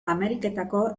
ameriketako